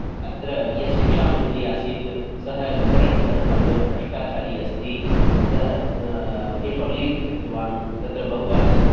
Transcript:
अत्र यः शिक्षामन्त्री आसीत् सः करेप्ट् अभवत् भ्रष्टाचारी अस्ति सः पेपर् लीक् कृतवान् तत्र बहवः